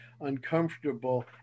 uncomfortable